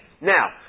Now